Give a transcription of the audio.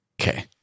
Okay